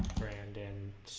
grand and